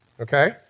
okay